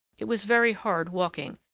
it was very hard walking,